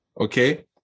okay